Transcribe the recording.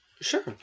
Sure